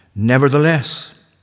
Nevertheless